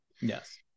Yes